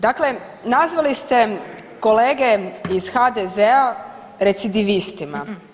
Dakle, nazvali ste kolege iz HDZ-a recidivistima.